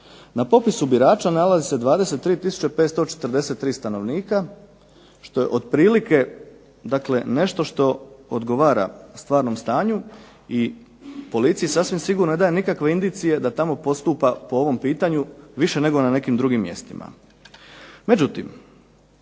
Na popisu birača nalazi 23543 stanovnika što je otprilike, dakle nešto što odgovara stvarnom stanju i policiji sasvim sigurno ne daje nikakve indicije da tamo postupa po ovom pitanju više nego na nekim drugim mjestima.